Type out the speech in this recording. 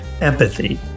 empathy